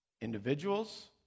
Individuals